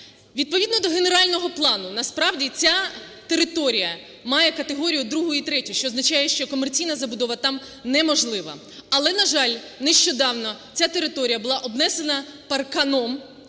Відповідного до генерального плану насправді ця територія має категорію другу і третю, що означає, що комерційна забудова там неможлива. Але, на жаль, нещодавно ця територія була обнесена парканом